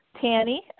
Tanny